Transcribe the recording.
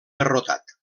derrotat